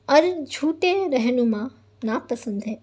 اور جھوٹے رہنما ناپسند ہے